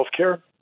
Healthcare